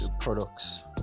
products